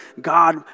God